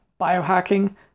biohacking